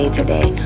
today